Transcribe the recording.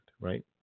right